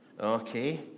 Okay